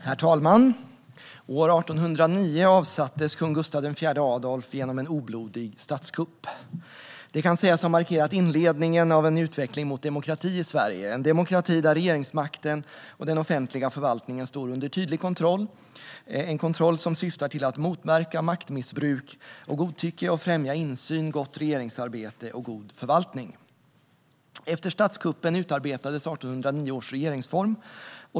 Herr talman! År 1809 avsattes kung Gustav IV Adolf genom en oblodig statskupp. Det kan sägas ha markerat inledningen på en utveckling mot demokrati i Sverige, en demokrati där regeringsmakten och den offentliga förvaltningen står under tydlig kontroll. Denna kontroll syftar till att motverka maktmissbruk och godtycke och främja insyn, gott regeringsarbete och god förvaltning. Efter statskuppen utarbetades 1809 års regeringsform.